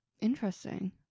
interesting